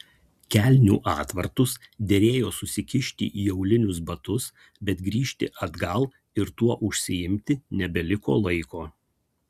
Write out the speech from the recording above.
kelnių atvartus derėjo susikišti į aulinius batus bet grįžti atgal ir tuo užsiimti nebeliko laiko